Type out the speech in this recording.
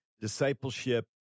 Discipleship